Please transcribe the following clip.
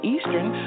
Eastern